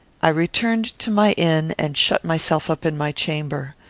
i returned to my inn, and shut myself up in my chamber.